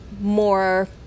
more